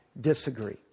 disagree